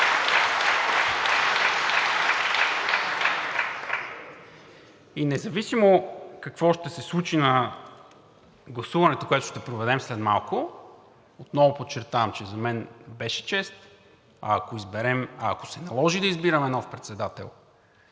И независимо какво ще се случи на гласуването, което ще проведем след малко, отново подчертавам, че за мен беше чест. А ако се наложи да избираме нов председател,